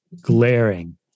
glaring